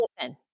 listen